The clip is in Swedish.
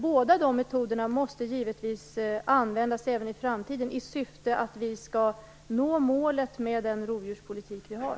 Båda metoderna måste givetvis användas även i framtiden i syfte att nå målet för den rovdjurspolitik vi har.